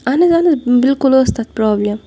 اَہن حظ بِلکُل ٲسۍ تَتھ پرابلِم